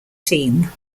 team